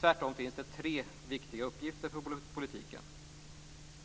Tvärtom finns det tre viktiga uppgifter för politiken: